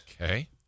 okay